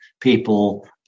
people